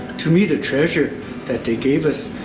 to me the treasure that they gave us.